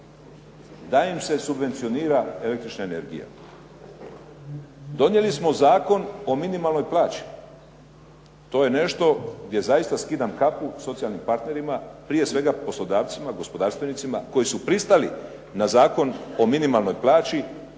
da im se subvencionira električna energija. Donijeli smo Zakon o minimalnoj plaći. To je nešto gdje zaista skidam kapu socijalnim partnerima, prije svega poslodavcima, gospodarstvenicima koji su pristali na Zakon o minimalnoj plaći